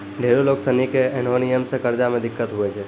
ढेरो लोग सनी के ऐन्हो नियम से कर्जा मे दिक्कत हुवै छै